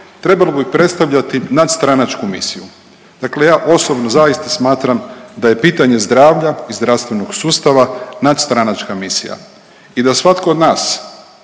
trebalo bi predstavljati nadstranačku misiju. Dakle, ja osobno zaista smatram da je pitanje zdravlja i zdravstvenog sustava nadstranačka misija i da svatko od nas,